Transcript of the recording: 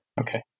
Okay